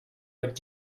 but